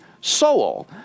soul